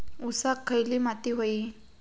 ऊसाक खयली माती व्हयी?